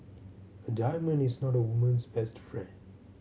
a diamond is not a woman's best friend